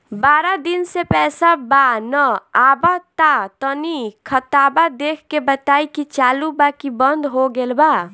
बारा दिन से पैसा बा न आबा ता तनी ख्ताबा देख के बताई की चालु बा की बंद हों गेल बा?